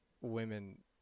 women